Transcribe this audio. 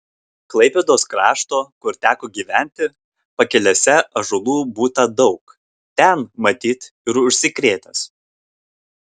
klaipėdos krašto kur teko gyventi pakelėse ąžuolų būta daug ten matyt ir užsikrėtęs